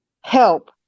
help